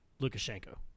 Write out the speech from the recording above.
Lukashenko